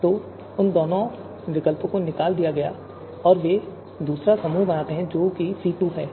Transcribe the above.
तो उन दोनों को निकाल दिया गया है और वे दूसरा समूह बनाते हैं जो कि C2 है